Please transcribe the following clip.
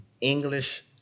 English